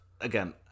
Again